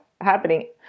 happening